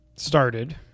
Started